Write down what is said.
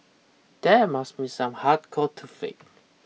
that must be some hardcore toothache